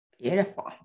Beautiful